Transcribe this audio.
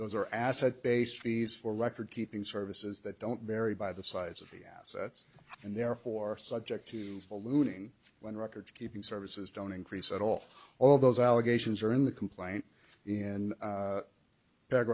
those are asset based fees for record keeping services that don't vary by the size of the assets and therefore subject to ballooning when recordkeeping services don't increase at all all those allegations are in the complaint in